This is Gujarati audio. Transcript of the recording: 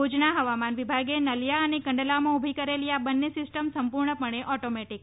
ભુજના હવામાન વિભાગે નલિયા અને કંડલામાં ઊભી કરેલી આ બંને સિસ્ટમ સંપૂર્ણપણે ઓટોમેટિક છે